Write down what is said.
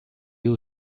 you